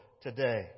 today